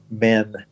men